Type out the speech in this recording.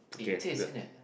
it it is isn't it